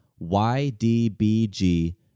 YDBG